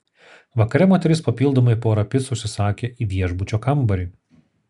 vakare moteris papildomai porą picų užsisakė į viešbučio kambarį